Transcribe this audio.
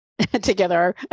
together